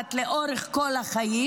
הנפגעת לאורך כל החיים,